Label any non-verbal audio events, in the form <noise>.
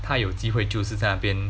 他有机会就是在那边 <noise>